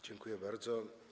Dziękuję bardzo.